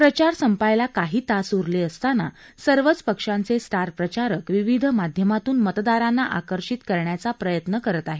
प्रचार संपायला काही तास उरले असताना सर्वच पक्षांचे स्टार प्रचारक विविध माध्यमातून मतदारांना आकर्षित करण्याचा प्रयत्न करत आहेत